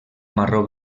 marró